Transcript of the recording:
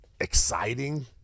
exciting